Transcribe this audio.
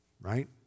right